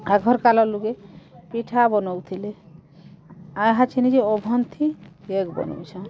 ଆଗର୍ କାଲର୍ ଲୁକେ ପିଠା ବନଉଥିଲେ ଆହା ଚିନି ଯେ ଓଭନ୍ ଥି କେକ୍ ବନଉଛନ୍